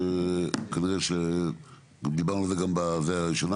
וכנראה שדיברנו על זה גם בישיבה הראשונה.